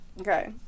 okay